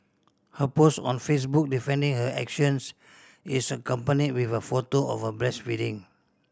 her post on Facebook defending her actions is accompanied with a photo of her breastfeeding